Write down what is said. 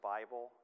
Bible